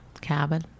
cabin